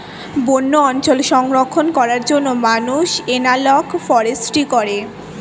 বন্য অঞ্চল সংরক্ষণ করার জন্য মানুষ এনালগ ফরেস্ট্রি করে